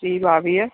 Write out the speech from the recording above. जी ॿावीह